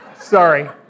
sorry